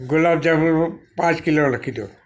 ગુલાબ જાંબુનું પાંચ કિલો લખી દ્યો